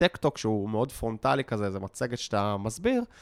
טק-טוק שהוא מאוד פרונטלי כזה, זה מצגת שאתה מסביר.